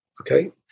Okay